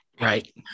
Right